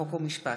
חוק ומשפט.